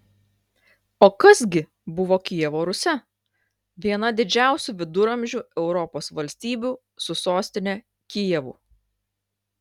o kas gi buvo kijevo rusia viena didžiausių viduramžių europos valstybių su sostine kijevu